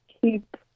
keep